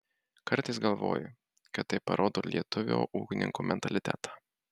kartais galvoju kad tai parodo lietuvio ūkininko mentalitetą